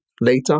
later